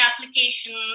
application